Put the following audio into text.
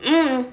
mmhmm